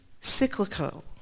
cyclical